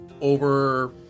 over